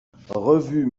revue